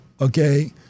okay